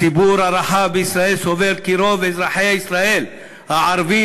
הציבור הרחב בישראל סובר כי רוב אזרחי ישראל הערבים